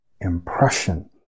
impression